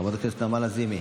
חברת הכנסת נעמה לזימי,